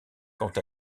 quant